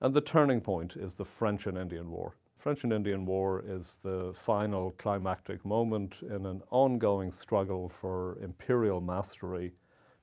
and the turning point is the french and indian war. french and indian war is the final, climactic moment in an ongoing struggle for imperial mastery